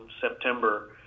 September